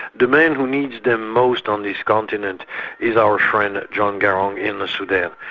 the man who needs them most on this continent is our friend, john garang in the sudan.